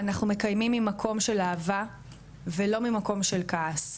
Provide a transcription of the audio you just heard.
אנחנו מקיימים ממקום של אהבה ולא ממקום של כעס,